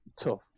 tough